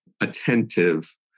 attentive